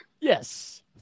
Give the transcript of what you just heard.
Yes